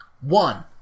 One